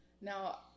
Now